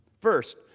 First